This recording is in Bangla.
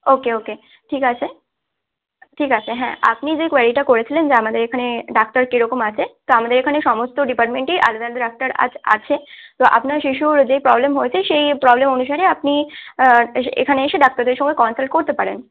ও কে ও কে ঠিক আছে ঠিক আছে হ্যাঁ আপনি যে কোয়ারিটা করেছিলেন যে আমাদের এখানে ডাক্তার কীরকম আছে তো আমাদের এখানে সমস্ত ডিপার্টমেন্টেই আলাদা আলাদা ডাক্তার আছে আছে তো আপনার শিশুর যেই প্রবলেম হয়েছে সেই প্রবলেম অনুসারে আপনি এসে এখানে এসে ডাক্তারদের সঙ্গে কনসাল্ট করতে পারেন